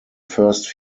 first